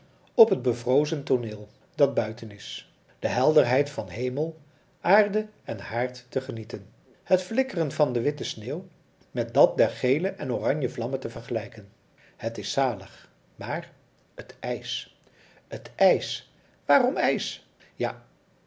op het bevrozen tooneel dat buiten is de helderheid van hemel aarde en haard te genieten het flikkeren van de witte sneeuw met dat der gele en oranje vlammen te vergelijken het is zalig maar het ijs het ijs waarom ijs ja